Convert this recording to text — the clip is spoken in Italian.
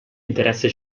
interesse